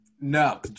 No